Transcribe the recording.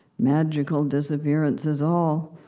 magical disappearances all,